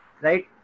right